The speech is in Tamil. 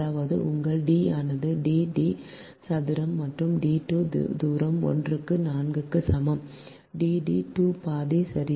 அதாவது உங்கள் D ஆனது D D சதுரம் மற்றும் d2 சதுரம் 1 க்கு 4 க்கு சமம் Dd 2 பாதி சரி